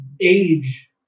age